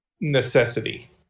necessity